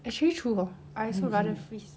actually true hor I also rather freeze